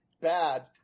bad